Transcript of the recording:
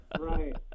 Right